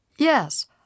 Yes